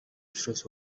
учраас